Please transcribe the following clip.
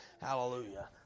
Hallelujah